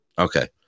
Okay